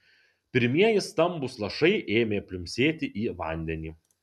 pirmieji stambūs lašai ėmė pliumpsėti į vandenį